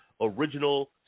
original